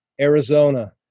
Arizona